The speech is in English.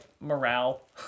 morale